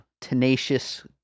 tenacious